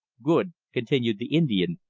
good, continued the indian,